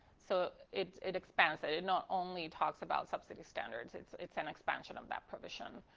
so it it expands it. it not only talks about subsidy standards, it's it's an expansion of that provision.